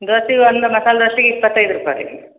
ದೋಸೆ ಒಂದು ಮಸಾಲೆ ದೋಸಿಗೆ ಇಪ್ಪತೈದು ರೂಪಾಯಿ ರೀ